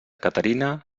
caterina